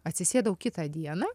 atsisėdau kitą dieną